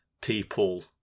people